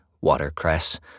watercress